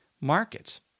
markets